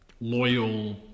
loyal